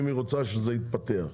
אם היא רוצה שזה יתפתח.